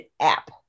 app